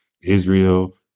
Israel